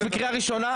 את בקריאה ראשונה.